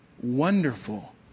wonderful